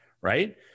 right